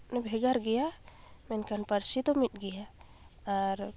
ᱵᱷᱮᱜᱟᱨ ᱜᱮᱭᱟ ᱢᱮᱱᱠᱷᱟᱱ ᱯᱟᱹᱨᱥᱤ ᱫᱚ ᱢᱤᱫ ᱜᱮᱭᱟ ᱟᱨ